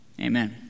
Amen